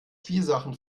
spielsachen